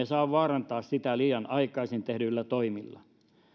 saa vaarantaa sitä liian aikaisin tehdyillä toimilla